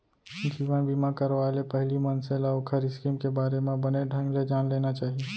जीवन बीमा करवाय ले पहिली मनसे ल ओखर स्कीम के बारे म बने ढंग ले जान लेना चाही